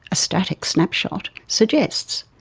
a static snapshot, suggests.